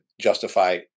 justify